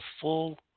full